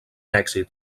èxit